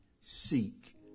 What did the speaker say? seek